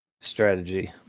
strategy